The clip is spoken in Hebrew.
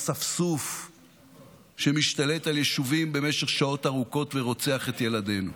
אספסוף שמשתלט על יישובים במשך שעות ארוכות ורוצח את ילדינו?